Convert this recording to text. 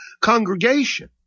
congregation